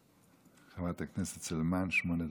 חברת הכנסת סלימאן, שמונה דקות.